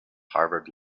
harvard